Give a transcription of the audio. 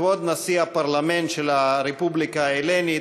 כבוד נשיא הפרלמנט של הרפובליקה ההלנית,